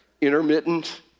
intermittent